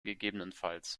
ggf